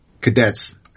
cadets